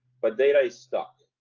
but data is stuck.